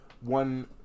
one